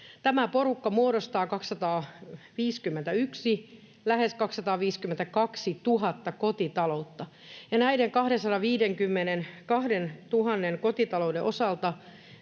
Tämä porukka muodostaa lähes 252 000 kotitaloutta, ja näiden 252 000 kotitalouden osalta